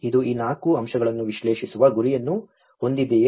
ಇದು ಈ 4 ಅಂಶಗಳನ್ನು ವಿಶ್ಲೇಷಿಸುವ ಗುರಿಯನ್ನು ಹೊಂದಿದೆಯೇ